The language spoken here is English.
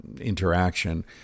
interaction